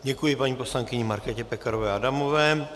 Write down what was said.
Děkuji paní poslankyni Markétě Pekarové Adamové.